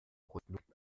projekt